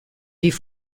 die